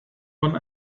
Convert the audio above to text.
want